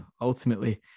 ultimately